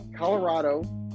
Colorado